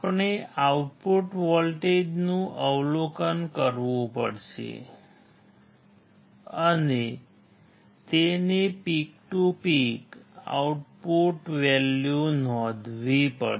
આપણે આઉટપુટ વોલ્ટેજનું અવલોકન કરવું પડશે અને તેની peak to peak output value નોંધવી પડશે